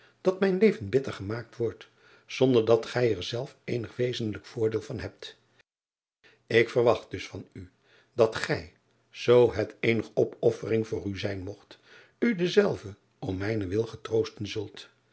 dat mijn leven bitter gemaakt wordt zonder dat gij er zelf eenig wezenlijk voordeel van hebt k verwacht dus van u dat gij zoo het eenig opoffering voor u zijn mogt u dezelve om mijnen wil getroosten